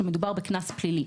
שמדובר בקנס פלילי.